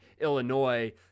Illinois